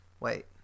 Wait